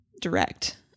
direct